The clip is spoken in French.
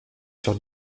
sur